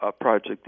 project